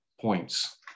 points